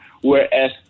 Whereas